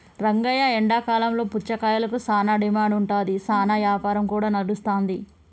రంగయ్య ఎండాకాలంలో పుచ్చకాయలకు సానా డిమాండ్ ఉంటాది, సానా యాపారం కూడా నడుస్తాది